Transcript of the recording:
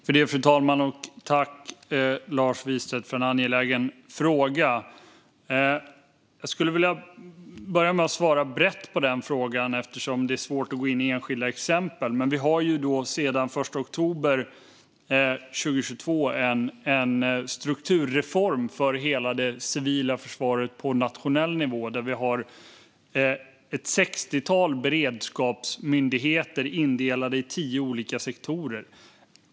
Fru talman! Tack, Lars Wistedt, för en angelägen fråga! Jag vill börja med att svara brett, eftersom det är svårt att gå in på enskilda exempel. Vi har sedan den 1 oktober 2022 en strukturreform för hela det civila försvaret på nationell nivå. Ett sextiotal beredskapsmyndigheter är indelade i tio olika sektorer.